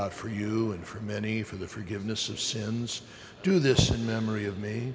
out for you and for many for the forgiveness of sins do this in memory of me